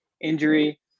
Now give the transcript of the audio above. injury